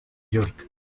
york